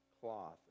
cloth